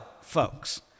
folks